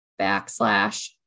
backslash